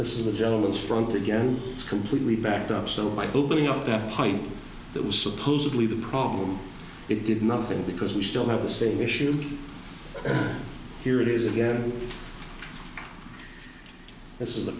this is the general's front again it's completely backed up so by building up that pipe that was supposedly the problem it did nothing because we still have the same issue here it is again this is the